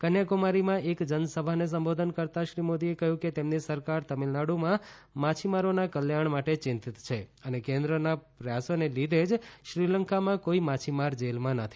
કન્યાકુમારીમાં એક જનસભાને સંબોધન કરતાં શ્રી મોદીએ કહ્યું કે તેમની સરકાર તમિળનાડુમાં માછીમારોના કલ્યાણ માટે ચિંતિત છે અને કેન્દ્રના પ્રયાસોને લીધે જ શ્રીલંકામાં કોઈ માછીમાર જેલમાં નથી